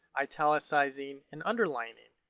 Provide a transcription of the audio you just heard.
italicizing and underlining.